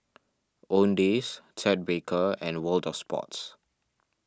Owndays Ted Baker and World of Sports